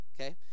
okay